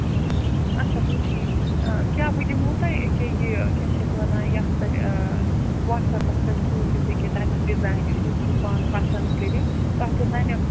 کِہیٖنۍ اچھا گوٚو ٹھیٖک کیاہ بہٕ دِمو تۄہہِ أکیٛاہ یہِ کیاہ چھِ اتھ ونان یَتھ پٮ۪ٹھ وَٹٕس ایپس پیٹھ سوٗزِتھ ییٚکیٛاہ تمیُک ڈِزاین یُتھ تُہۍ پانہٕ پَسنٛد کٔرِو تۄہہِ تہِ نَنیو